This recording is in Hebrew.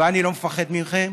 ואני לא מפחד מכם,